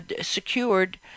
secured